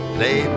Play